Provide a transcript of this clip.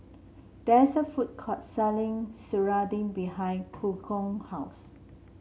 there is a food court selling serunding behind Hugo house